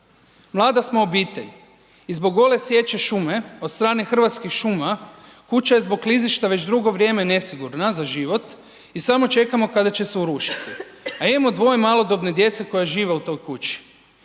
mlada smo obitelj i zbog gole sječe šume od strane Hrvatskih šuma, kuća je zbog klizišta već drugo vrijeme nesigurna za život i samo čekamo kada će se urušiti, a imamo dvoje malodobne djece koja žive u toj kući.